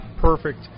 perfect